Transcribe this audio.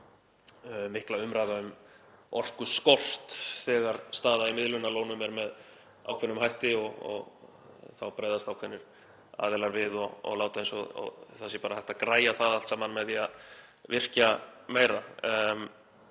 mikla umræða um orkuskort þegar staða í miðlunarlónum er með ákveðnum hætti og þá bregðast ákveðnir aðilar við og láta eins og það sé bara hægt að græja það allt saman með því að virkja meira.